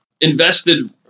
invested